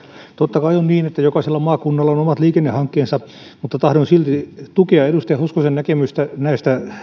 totta kai on niin että jokaisella maakunnalla on omat liikennehankkeensa mutta tahdon silti tukea edustaja hoskosen näkemystä